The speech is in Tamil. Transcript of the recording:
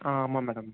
ஆ ஆமாம் மேடம்